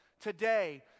today